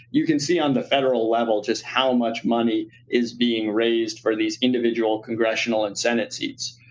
you can see on the federal level just how much money is being raised for these individual congressional and senate seats.